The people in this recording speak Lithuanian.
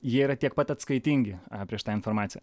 jie yra tiek pat atskaitingi a prieš tą informaciją